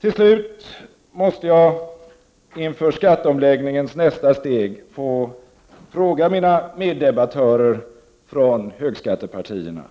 Till sist måste jag inför skatteomläggningens nästa steg få ställa en fråga till mina meddebattörer från högskattepartierna.